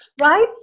right